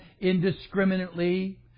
indiscriminately